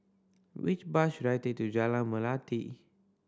which bus should I take to Jalan Melati